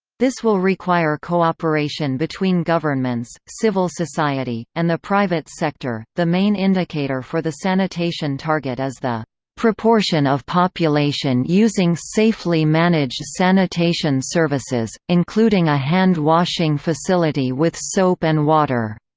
this will require cooperation between governments, civil society, and the private sector the main indicator for the sanitation target is the proportion of population using safely managed sanitation services, including a hand-washing facility with soap and water.